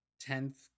tenth